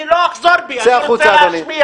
אני לא אחזור בי, אני רוצה להצביע.